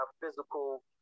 physical